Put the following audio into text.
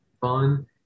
fun